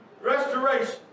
restoration